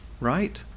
right